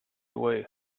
way